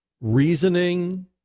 reasoning